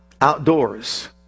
Outdoors